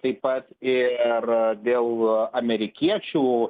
taip pat ir dėl amerikiečių